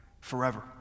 forever